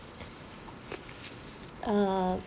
uh